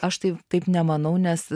aš tai taip nemanau nes